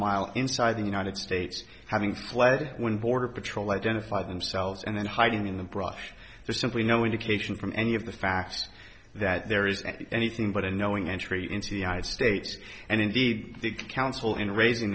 mile inside the united states having fled when border patrol identified themselves and then hiding in the brush there's simply no indication from any of the facts that there is anything but a knowing entry into the united states and indeed the counsel in raising